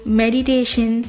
meditation